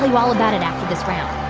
all about it after this round